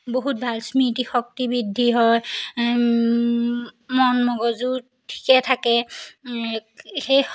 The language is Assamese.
বহুত ভাল স্মৃতিশক্তি বৃদ্ধি হয় মন মগজু ঠিকে থাকে সেই